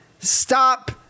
stop